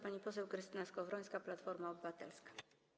Pani poseł Krystyna Skowrońska, Platforma Obywatelska.